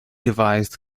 devised